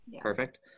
perfect